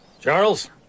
Charles